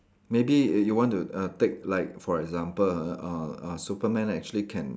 maybe err you want to err take like for example uh uh Superman actually can